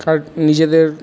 কার নিজেদের